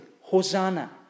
Hosanna